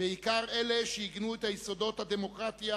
בעיקר אלו שעיגנו את יסודות הדמוקרטיה,